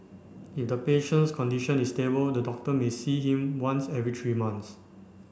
if the patient's condition is stable the doctor may see him once every three months